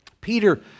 Peter